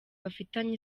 bafitanye